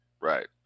Right